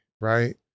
right